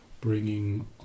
bringing